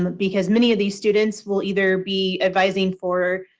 because many of these students will either be advising for,